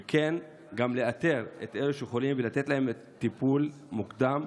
וכן לאתר את אלה שחולים ולתת להם טיפול מוקדם,